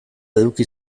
eduki